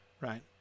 right